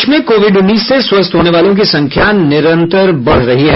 देश में कोविड उन्नीस से स्वस्थ होने वाले की संख्या निरंतर बढ़ रही है